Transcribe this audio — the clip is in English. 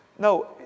No